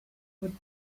would